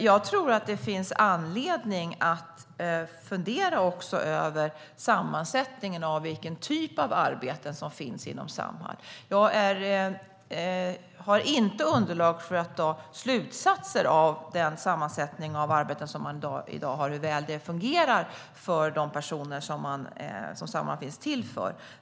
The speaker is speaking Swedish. Jag tror att det också finns anledning att fundera över sammansättningen och vilken typ av arbeten som finns inom Samhall. Jag har inte underlag för att dra slutsatser av den sammansättning av arbeten som man i dag har och hur väl de fungerar för de personer som Samhall finns till för.